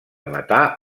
matar